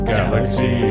Galaxy